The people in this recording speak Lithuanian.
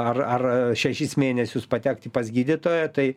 ar ar šešis mėnesius patekti pas gydytoją tai